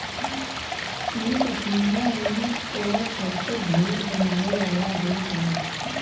चीन पश्मीना ऊन क सबसे ढेर बनावे वाला देश हौ